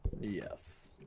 Yes